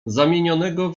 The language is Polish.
zamienionego